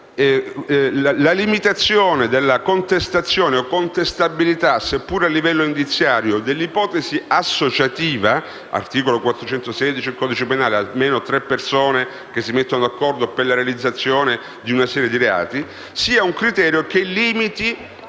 la limitazione della contestazione o contestabilità, seppur a livello indiziario, dell'ipotesi associativa, di cui all'articolo 416 del codice penale - si ha quando almeno tre persone si mettono d'accordo per la realizzazione di una serie di reati - sia un criterio che limita